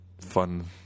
fun